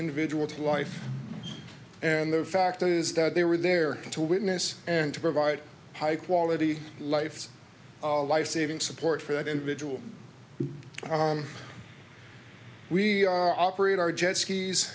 individual to life and the fact is that they were there to witness and to provide high quality life lifesaving support for that individual we operate our jet skis